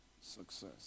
success